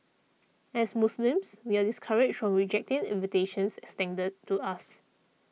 as Muslims we are discouraged from rejecting invitations extended to us